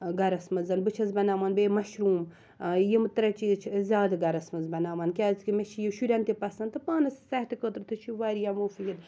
گَرَس منٛز بہٕ چھس بناوان بیٚیہِ مَشروٗم یِم ترٛےٚ چیٖز چھِ أسۍ زیادٕ گَرَس منٛز بَناوان کیازِکہِ مےٚ چھُ یہِ شُرٮ۪ن تہِ پسنٛد تہٕ پانَس تہِ صحتہٕ خٲطرٕ تہِ چھُ یہِ واریاہ مُفیٖد